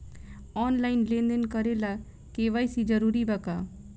Online लेन देन करे ला के.वाइ.सी जरूरी बा का?